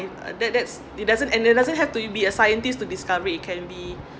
that that's it doesn't en~ it doesn't have to be a scientist to discovery it can be